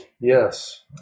Yes